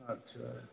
आच्चा